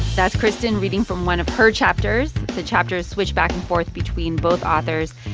that's kristen reading from one of her chapters. the chapters switch back and forth between both authors.